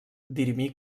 dirimir